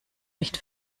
nicht